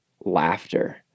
laughter